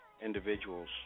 individuals